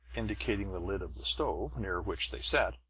indicating the lid of the stove, near which they sat.